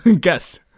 Guess